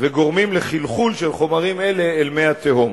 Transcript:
וגורמים לחלחול של חומרים אלה אל מי התהום.